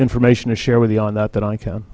information to share with you on that and i can